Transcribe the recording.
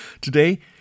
Today